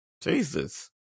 Jesus